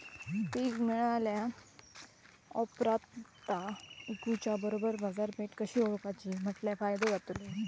पीक मिळाल्या ऑप्रात ता इकुच्या बरोबर बाजारपेठ कशी ओळखाची म्हटल्या फायदो जातलो?